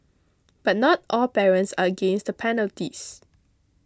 but not all parents are against the penalties